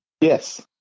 Yes